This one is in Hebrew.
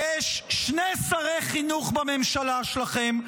יש שני שרי חינוך בממשלה שלכם,